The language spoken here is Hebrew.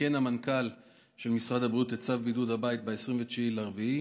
תיקן המנכ"ל של משרד הבריאות את צו בידוד הבית ב-29 באפריל,